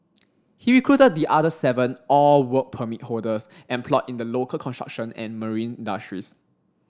he recruited the other seven all Work Permit holders employed in the local construction and marine industries